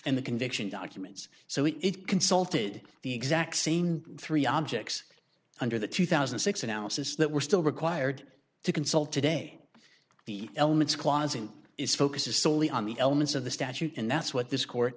and the conviction documents so it consulted the exact same three objects under the two thousand and six analysis that we're still required to consult today the elements clausing is focuses solely on the elements of the statute and that's what this court